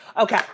Okay